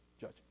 Judge